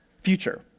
future